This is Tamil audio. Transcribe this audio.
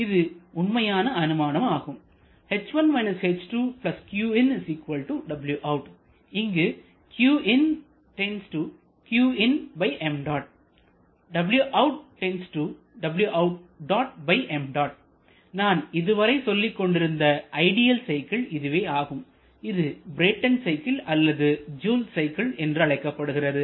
இது உண்மையான அனுமானம் ஆகும் h1 − h2 qin wout இங்கு மற்றும் நான் இதுவரை சொல்லிக்கொண்டிருந்த ஐடியல் சைக்கிள் இதுவேயாகும் இது பிரேட்டன் சைக்கிள் அல்லது ஜூல் சைக்கிள் என்று அழைக்கப்படுகிறது